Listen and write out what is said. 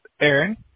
Aaron